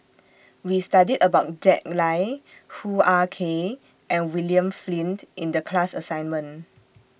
We studied about Jack Lai Hoo Ah Kay and William Flint in The class assignment